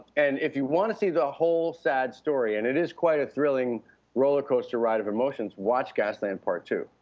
and if you want to see the whole sad story, and it is quite a thrilling roller coaster ride of emotions, watch gasland part ii.